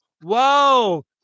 Whoa